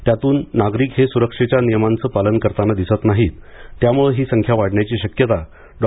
त्यातून नागरिक हे सुरक्षेच्या नियमांचं पालन करताना दिसत नाहीत त्यामुळं ही संख्या वाढण्याची शक्यता डॉ